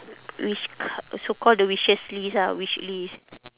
wish car~ so call the wishes list ah wishlist